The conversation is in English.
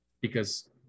because-